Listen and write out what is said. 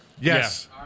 Yes